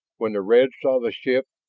when the reds saw the ship,